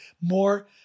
more